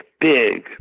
big